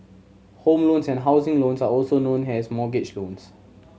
home loans and housing loans are also known as mortgage loans